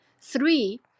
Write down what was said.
three